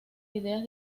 ideas